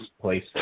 place